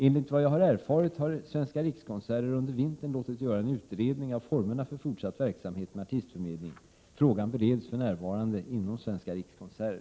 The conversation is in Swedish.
Enligt vad jag har erfarit har Svenska rikskonserter under vintern låtit göra en utredning av formerna för fortsatt verksamhet med artistförmedling. Frågan bereds för närvarande inom Svenska rikskonserter.